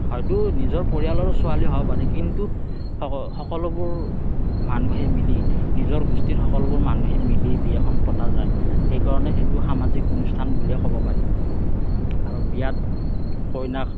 হয়তো নিজৰ পৰিয়ালৰ ছোৱালী হ'ব পাৰে কিন্তু সক সকলোবোৰ মানুহে মিলি নিজৰ গোষ্ঠীৰ সকলোবোৰ মানুহে মিলি বিয়াখন পতা যায় সেইকাৰণে সেইটো সামাজিক অনুষ্ঠান বুলিয়ে ক'ব পাৰি আৰু বিয়াত কইনাক